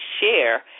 share